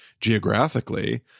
geographically